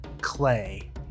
clay